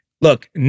Look